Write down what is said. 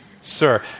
Sir